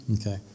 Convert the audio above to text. Okay